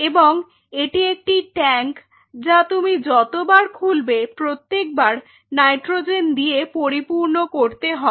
এবং এটি একটি ট্যাংক যা তুমি যতবার খুলবে প্রত্যেকবার নাইট্রোজেন দিয়ে পরিপূর্ণ করতে হবে